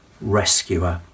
rescuer